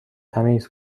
تمیز